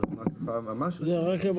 זה רכב אוטונומי.